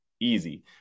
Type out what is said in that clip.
easy